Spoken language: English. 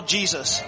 Jesus